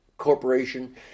corporation